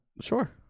Sure